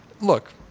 look